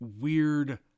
weird